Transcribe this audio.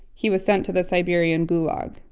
he was sent to the siberian gulag.